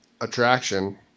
attraction